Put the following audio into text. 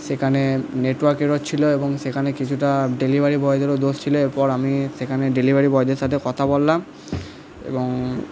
সেখানে network error ছিলো এবং সেখানে কিছুটা ডেলিভারি বয়দেরও দোষ ছিলো এরপর আমি সেখানে ডেলিভারি বয়দের সাথে কথা বললাম এবং